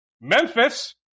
Memphis